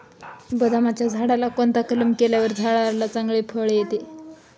बदामाच्या झाडाला कोणता कलम केल्यावर झाडाला चांगले फळ येईल?